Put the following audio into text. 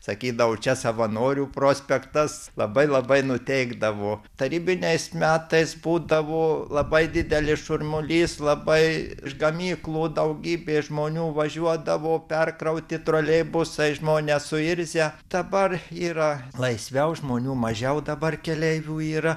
sakydavo čia savanorių prospektas labai labai nuteikdavo tarybiniais metais būdavo labai didelis šurmulys labai iš gamyklų daugybė žmonių važiuodavo perkrauti troleibusai žmonės suirzę dabar yra laisviau žmonių mažiau dabar keleivių yra